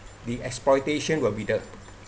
the exploitation will be the